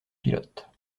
pilotes